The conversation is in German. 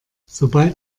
sobald